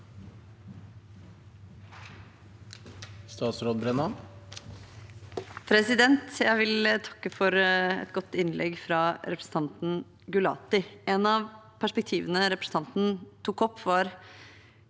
Statsråd Tonje Brenna Jeg vil takke for et godt innlegg fra representanten Gulati. Et av perspektivene representanten tok opp, var